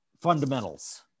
fundamentals